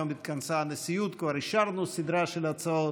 היום התכנסה הנשיאות וכבר אישרנו סדרה של הצעות.